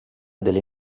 delle